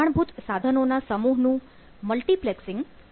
પ્રમાણભૂત સાધનો ના સમૂહ નું મલ્ટિપ્લેક્સિંગ છે